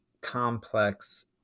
complex